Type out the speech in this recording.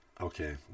Okay